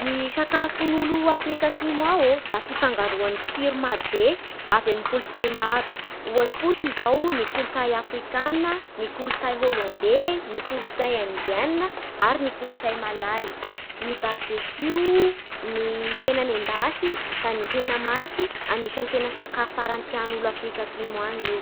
Ny sakafon'olo Afrika Atsimo ao e, da fifangaroan'ny tsiro marobe avy amin'ny kolotsay maro Ohatsy fotsiny zao ny kolotsay afrikana, ny kolotsay holande, ny kolotsay indienne, ary ny kolotsay malay Ny barbecue, ny hena nendasy, da ny hena maiky anisany tena sakafo tian'olo Afrika Atsimo any io